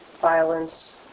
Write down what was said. violence